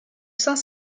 saint